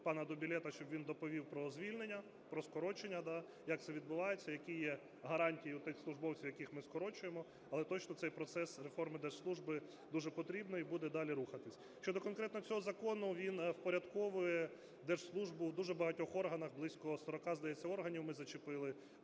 пана Дубілета, щоб він доповів про звільнення, про скорочення, як це відбувається, які є гарантії у тих службовців, яких ми скорочуємо. Але точно цей процес реформи держслужби дуже потрібний і буде далі рухатися. Щодо конкретно цього закону, він впорядковує держслужбу в дуже багатьох органах (близько 40, здається, органів ми зачепили),